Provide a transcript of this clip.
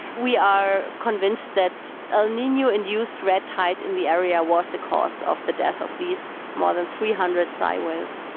we are convinced that el nino induced red tide in the area was the cause of the death of these more than three hundred sei whales.